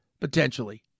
potentially